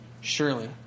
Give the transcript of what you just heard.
Surely